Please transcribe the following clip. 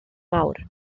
mawr